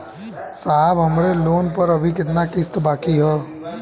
साहब हमरे लोन पर अभी कितना किस्त बाकी ह?